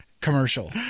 commercial